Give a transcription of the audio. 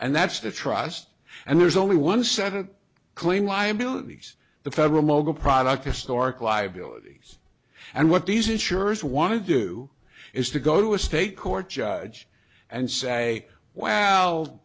and that's the trust and there's only one set of clean liabilities the federal mogul product historic liability and what these insurers want to do is to go to a state court judge and say well